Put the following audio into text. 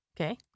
Okay